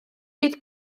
nid